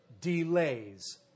delays